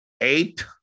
eight